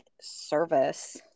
service